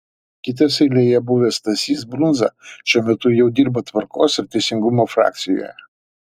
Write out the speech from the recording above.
kitas eilėje buvęs stasys brundza šiuo metu jau dirba tvarkos ir teisingumo frakcijoje